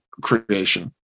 creation